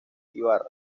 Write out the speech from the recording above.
ibarra